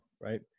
right